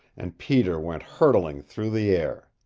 and peter went hurtling through the air.